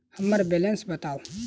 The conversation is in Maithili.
हम्मर बैलेंस बताऊ